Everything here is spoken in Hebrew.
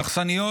אכסניות